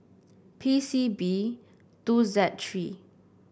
P C B two Z three